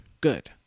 good